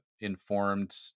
informed